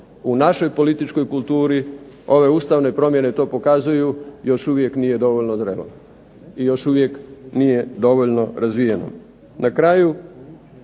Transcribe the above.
u našoj političkoj kulturi, ove ustavne promjene to pokazuju, još uvijek nije dovoljno zrelo i još uvijek nije dovoljno razvijeno. Na kraju,